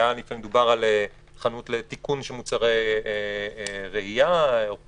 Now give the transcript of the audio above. היה לפעמים מדובר על חנות לתיקון של מוצרי ראייה וכדומה.